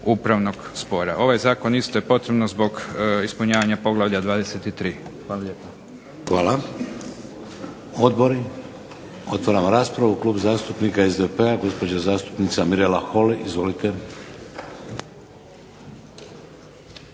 upravnog spora. Ovaj zakon isto je potrebno zbog ispunjavanja poglavlja 23. Hvala. **Šeks, Vladimir (HDZ)** Hvala. Odbori? Otvaram raspravu. Klub zastupnika SDP-a gospođa zastupnica Mirela Holy. Izvolite.